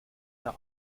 etc